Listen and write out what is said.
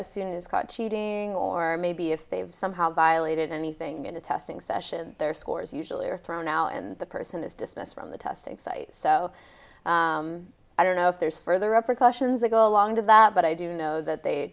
that soon is caught cheating or maybe if they've somehow violated anything in the testing session their scores usually are thrown out and the person is dismissed from the testing site so i don't know if there's further up or questions that go along to that but i do know that they